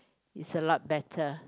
it's a lot better